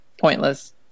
Pointless